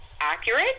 accurate